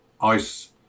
ice